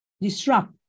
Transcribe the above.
disrupt